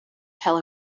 tell